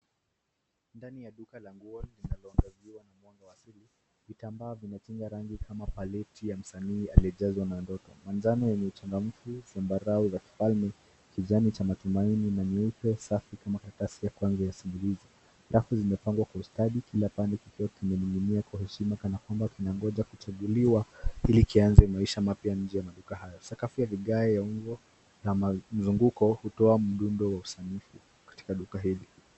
Ndani ya duka la nguo linaloangaziwa na mwanga asili, vitambaa vinacheza rangi kama paleti ya msanii aliyejazwa muondoko. Manjano yenye uchangamfu, zambarau ya kifalme kijani cha matumaini na nyeupe safi kama karatasi ya kuanzia usingizi. Rafu zimepangwa kwa ustadi kila pande kikiwa kimeninginia kwa heshima kama kwamba kinangoja kuchaguliwa ili kianze maisha mapya nje yama duka hayo. Sakafu ya vigae ya umbo na mazunguko hutoa mdundo wa usanii katika duka hili.